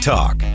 Talk